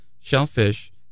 shellfish